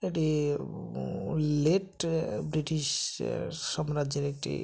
এটি late British সাম্রাজ্যের একটি